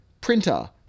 printer